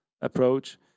approach